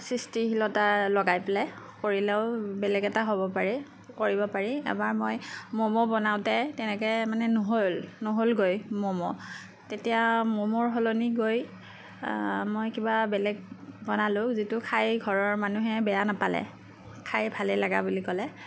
সৃষ্টিশীলতা লগাই পেলাই কৰিলেও বেলেগ এটা হ'ব পাৰে কৰিব পাৰি এবাৰ মই ম'ম' বনাওঁতে তেনেকৈ মানে নহ'ল নহ'লগৈ ম'ম' তেতিয়া ম'ম'ৰ সলনি গৈ মই কিবা বেলেগ বনালোঁ যিটো খাই ঘৰৰ মানুহে বেয়া নাপালে খাই ভালেই লগা বুলি ক'লে